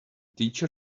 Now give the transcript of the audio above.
teacher